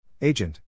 Agent